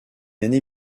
année